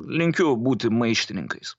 linkiu būti maištininkais